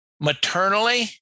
maternally